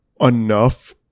enough